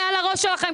מעל הראש שלכם,